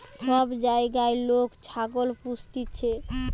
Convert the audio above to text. সব জাগায় লোক ছাগল পুস্তিছে ঘর